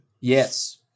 Yes